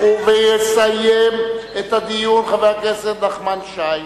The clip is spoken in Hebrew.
ויסיים את הדיון חבר הכנסת נחמן שי.